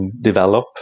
develop